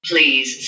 Please